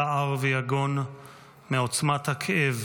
צער ויגון מעוצמת הכאב